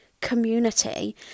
community